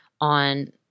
on